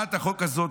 הצעת החוק הזאת,